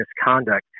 misconduct